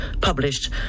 published